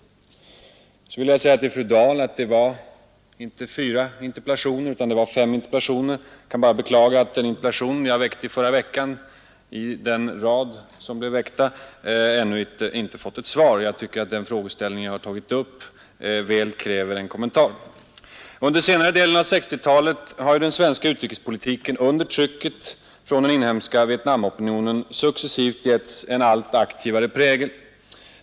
Så vill jag säga till fru Dahl att det var inte fyra interpellationer utan fem. Jag kan bara beklaga att den interpellation jag framställde i förra veckan, i den rad som då framställdes, ännu inte har besvarats. Jag tycker att den frågeställning som jag tog upp väl kräver en kommentar. Under senare delen av 1960-talet har den svenska utrikespolitiken under trycket från den inhemska Vietnamopinionen successivt givits en alltmera aktiv prägel.